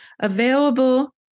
available